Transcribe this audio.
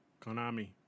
Konami